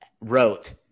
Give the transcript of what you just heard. wrote